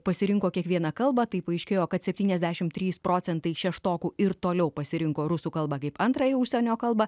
pasirinko kiekvieną kalbą tai paaiškėjo kad septyniasdešim trys procentai šeštokų ir toliau pasirinko rusų kalbą kaip antrąją užsienio kalbą